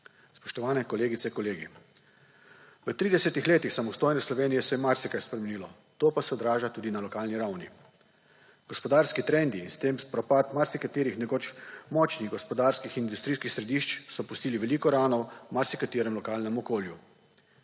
Spoštovani kolegice in kolegi! V 30. letih samostojne Slovenije se je marsikaj spremenilo, to pa se odraža tudi na lokalni ravni. Gospodarski trendi in s tem propad marsikaterih nekoč močnih gospodarskih industrijskih središč so pustili veliko rano v marsikaterem lokalnem okolju.